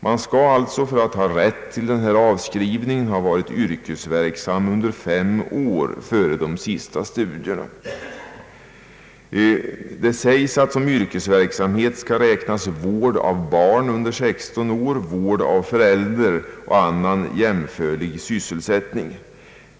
Man skall alltså för att ha rätt till denna avskrivning ha varit yrkesverksam under fem år efter det man avslutat sina studier. Det sägs att som yrkesverksamhet skall räknas vård av barn under 16 år, vård av förälder och annan jämförlig sysselsättning.